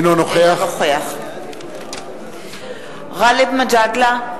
אינו נוכח גאלב מג'אדלה,